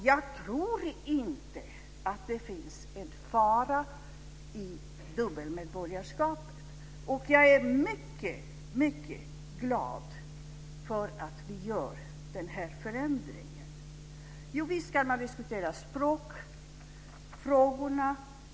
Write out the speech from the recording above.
Jag tror inte att det finns en fara i dubbelt medborgarskap, och jag är mycket glad för att vi gör den här förändringen. Visst kan man diskutera språkfrågorna.